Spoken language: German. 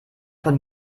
von